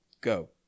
go